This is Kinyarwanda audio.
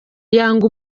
yanga